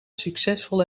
succesvol